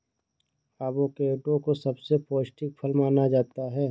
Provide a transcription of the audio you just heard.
avocado को सबसे पौष्टिक फल माना जाता है